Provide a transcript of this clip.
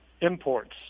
imports